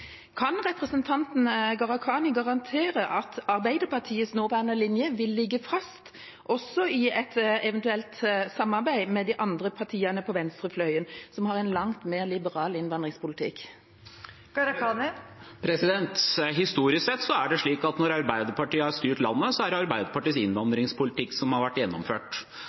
Kan representanten Gharahkhani garantere at Arbeiderpartiets nåværende linje vil ligge fast også i et eventuelt samarbeid med de andre partiene på venstrefløyen, som har en langt mer liberal innvandringspolitikk? Historisk sett er det slik at når Arbeiderpartiet har styrt landet, er det Arbeiderpartiets innvandringspolitikk som har vært gjennomført.